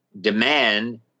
demand